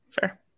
Fair